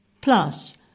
plus